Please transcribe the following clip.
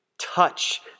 touch